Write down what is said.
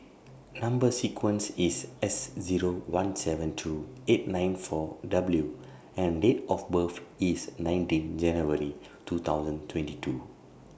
Number sequence IS S Zero one seven two eight nine four W and Date of birth IS nineteen January two thousand twenty two